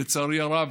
לצערי הרב.